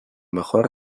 mejor